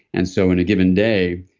and so in a given day,